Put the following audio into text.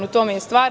U tome je stvar.